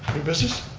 new business,